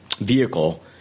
vehicle